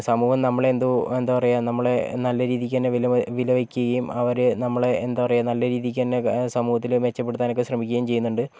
സമൂഹം നമ്മളെ എന്തോ എന്താപറയാ നമ്മളെ നല്ല രീതിയ്ക്ക് തന്നെ വിലവ വിലവയ്ക്കുയും അവർ നമ്മളെ എന്താപറയാ നല്ല രീതിയ്ക്ക് തന്നെ സമൂഹത്തിൽ മെച്ചപ്പെടുത്താനൊക്കെ ശ്രമിക്കയും ചെയ്യുന്നുണ്ട്